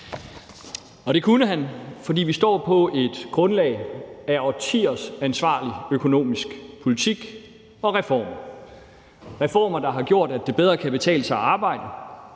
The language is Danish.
Det kunne han, fordi vi står på et grundlag af årtiers ansvarlige økonomiske politik og reformer – reformer, der har gjort, at det bedre kan betale sig at arbejde,